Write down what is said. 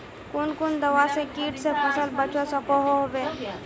कुन कुन दवा से किट से फसल बचवा सकोहो होबे?